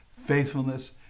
faithfulness